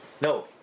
No